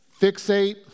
Fixate